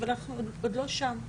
אבל אנחנו עוד לא שם.